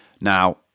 Now